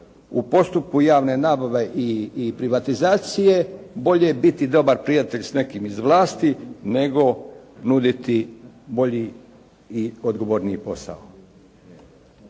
u postupku javne nabave i privatizacije bolje biti dobar prijatelj s nekim iz vlasti nego nuditi bolji i odgovorniji posao.